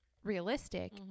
Realistic